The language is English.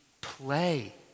play